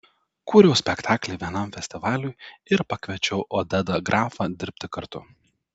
kūriau spektaklį vienam festivaliui ir pakviečiau odedą grafą dirbti kartu